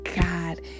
God